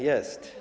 Jest.